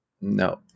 no